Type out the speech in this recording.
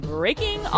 Breaking